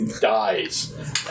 dies